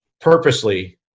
purposely